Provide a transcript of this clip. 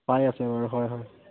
পাই আছে বাৰু হয় হয়